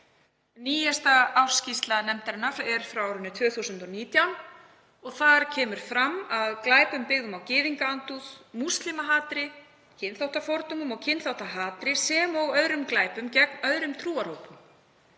Nýjasta ársskýrsla nefndarinnar er frá árinu 2019. Þar kemur fram að glæpum byggðum á gyðingaandúð, múslimahatri, kynþáttafordómum og kynþáttahatri, sem og öðrum glæpum gegn öðrum trúarhópum,